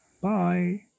bye